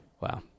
Wow